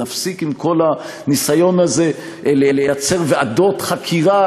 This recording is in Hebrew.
נפסיק עם כל הניסיון הזה לייצר ועדות חקירה